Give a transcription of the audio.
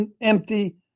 empty